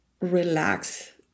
relax